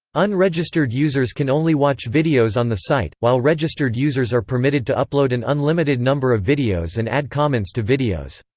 unregistered users can only watch videos on the site, while registered users are permitted to upload an unlimited number of videos and add comments to videos.